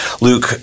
Luke